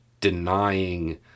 denying